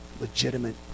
legitimate